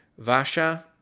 Vasha